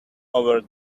over